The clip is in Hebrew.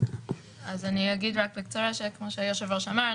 אני אגיד רק בקצרה שכמו שהיושב-ראש אמר,